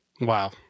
Wow